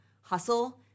hustle